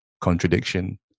contradiction